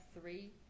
three